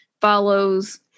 follows